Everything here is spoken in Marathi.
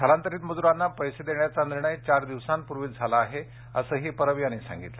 स्थलांतरित मजूरांना पैसे देण्याचा निर्णय चार दिवसांपूर्वीच झाला आहे असंही परब यांनी सांगितलं